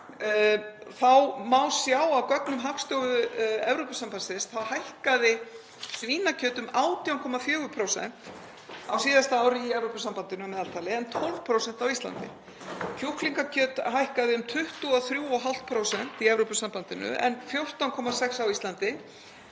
Það má sjá af gögnum Hagstofu Evrópusambandsins að svínakjöt hækkaði um 18,4% á síðasta ári í Evrópusambandinu að meðaltali en 12% á Íslandi, kjúklingakjöt hækkaði um 23,5% í Evrópusambandinu en 14,6% á Íslandi,